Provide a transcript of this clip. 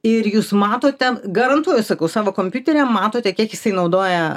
ir jūs matot ten garantuoju sakau savo kompiuteryje matote kiek jisai naudoja